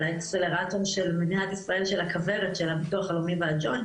אבל מדינת ישראל של הכוורת של הביטוח הלאומי והג'ויינט,